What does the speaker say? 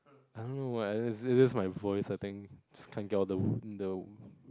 I don't know why it is my voice I think just can't get on the the